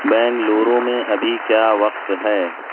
بنگلورو میں ابھی کیا وقت ہے